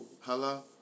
Hello